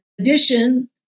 addition